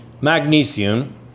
Magnesium